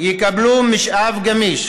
יקבלו משאב גמיש